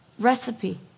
recipe